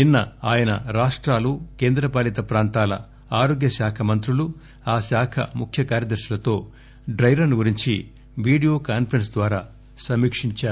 నిన్న ఆయన రాష్టాల కేంద్ర పాలిత ప్రాంతాల ఆరోగ్యశాఖ మంత్రులు ఆ శాఖ ముఖ్య కార్యదర్శులతో డ్రెరన్ గురించి వీడియో కాన్ఫరెన్స్ ద్వారా సమీకించారు